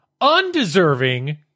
undeserving